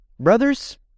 Brothers